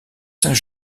saint